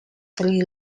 three